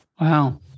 Wow